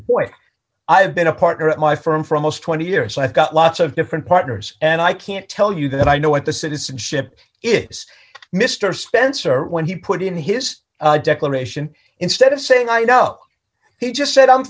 i've been a partner at my firm for most twenty years so i've got lots of different partners and i can't tell you that i know what the citizenship is mr spencer when he put in his declaration instead of saying i know he just said i'm